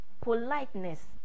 politeness